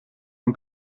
ton